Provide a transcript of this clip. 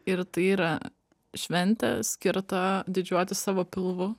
ir tai yra šventė skirta didžiuotis savo pilvu